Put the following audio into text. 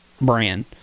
brand